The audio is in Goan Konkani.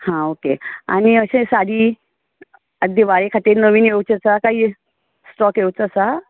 हां ओके आनी अशें साडी आतां दिवाळे खातीर नवीन येवचें आसा कांय स्टोक येवचो आसा